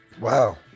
Wow